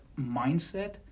mindset